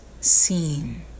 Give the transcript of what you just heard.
seen